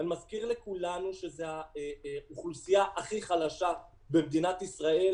אני מזכיר לכולנו שזו האוכלוסייה הכי חלשה במדינת ישראל,